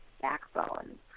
backbone